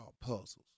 puzzles